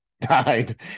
died